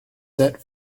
set